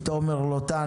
תומר לוטן,